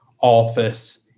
office